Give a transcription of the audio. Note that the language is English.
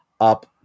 up